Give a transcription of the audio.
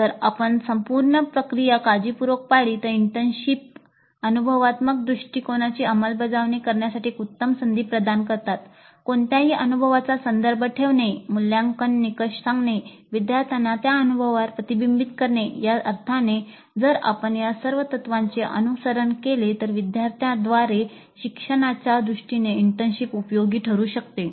जर आपण संपूर्ण प्रक्रिया काळजीपूर्वक पाळली तर इंटर्नशिप्स अनुभवात्मक दृष्टिकोनाची अंमलबजावणी करण्यासाठी एक उत्तम संधी प्रदान करतात कोणत्याही अनुभवाचा संदर्भ ठेवणे मूल्यांकन निकष सांगणे विद्यार्थ्यांना त्या अनुभवावर प्रतिबिंबित करणे या अर्थाने जर आपण या सर्व तत्त्वांचे अनुसरण केले तर विद्यार्थ्यांद्वारे शिक्षणाच्या दृष्टीने इंटर्नशीप उपयोगी ठरू शकते